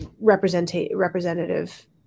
Representative